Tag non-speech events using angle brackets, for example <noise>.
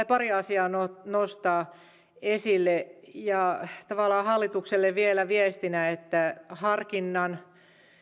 <unintelligible> pari asiaa nostaa esille ja tavallaan hallitukselle viestinä harkinnan